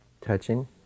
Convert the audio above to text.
touching